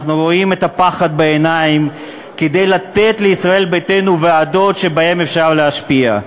אנחנו רואים את הפחד בעיניים מלתת לישראל ביתנו ועדות שבהן אפשר להשפיע.